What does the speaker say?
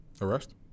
Arrest